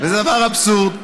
זה דבר אבסורדי,